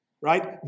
right